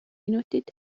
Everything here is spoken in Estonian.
minutit